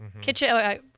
kitchen—